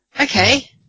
Okay